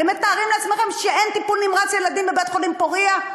אתם מתארים לעצמכם שאין טיפול נמרץ ילדים בבית-חולים פוריה?